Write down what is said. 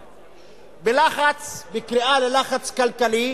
בלחץ, בקריאה ללחץ כלכלי